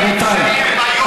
רבותיי,